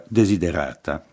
desiderata